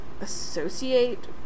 associate